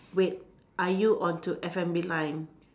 wait are you onto F&B line